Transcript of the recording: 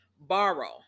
borrow